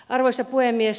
arvoisa puhemies